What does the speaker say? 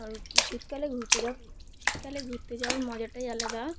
আর শীতকালে ঘুরতে যাওয়ার শীতকালে ঘুরতে যাওয়ার মজাটাই আলাদা